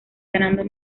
ganando